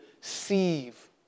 receive